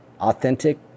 authentic